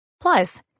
Plus